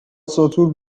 ساتور